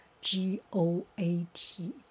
g-o-a-t